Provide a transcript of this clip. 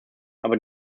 aber